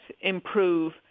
improve